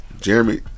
Jeremy